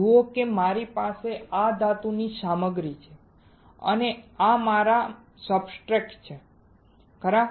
જુઓ કે મારી પાસે આ ધાતુની સામગ્રી છે અને આ મારા સબસ્ટ્રેટ્સ છે ખરા